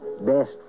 best